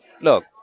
look